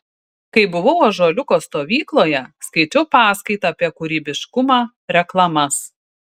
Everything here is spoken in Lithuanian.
kai buvau ąžuoliuko stovykloje skaičiau paskaitą apie kūrybiškumą reklamas